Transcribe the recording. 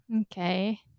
okay